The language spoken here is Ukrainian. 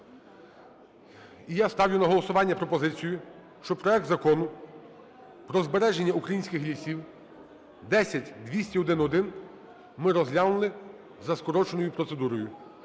І я ставлю на голосування пропозицію, щоб проект Закону про збереження українських лісів (10201-1) ми розглянути за скороченою процедурою.